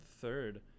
third